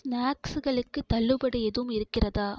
ஸ்நாக்ஸ்களுக்கு தள்ளுபடி எதுவும் இருக்கிறதா